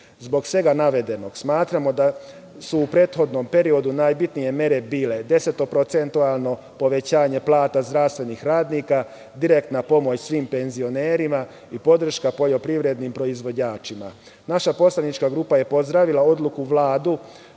svega navedenog, smatramo da su u prethodnom periodu najbitnije mere bile: desetoprocentualno povećanje plata zdravstvenih radnika, direktna pomoć svim penzionerima i podrška poljoprivrednim proizvođačima. Naša poslanička grupa je pozdravila odluku Vlade